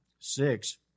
six